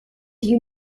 you